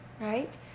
right